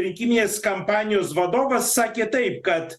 rinkiminės kampanijos vadovas sakė taip kad